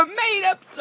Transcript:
made-up